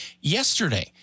yesterday